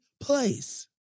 place